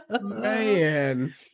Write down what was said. Man